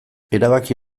erabaki